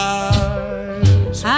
eyes